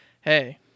hey